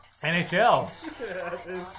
NHL